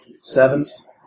sevens